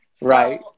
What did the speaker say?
right